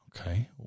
Okay